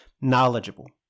knowledgeable